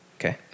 okay